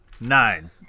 Nine